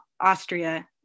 Austria